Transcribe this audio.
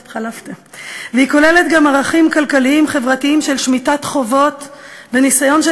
היא כוללת גם ערכים כלכליים-חברתיים של שמיטת חובות וניסיון של